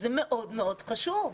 זה מאוד מאוד חשוב,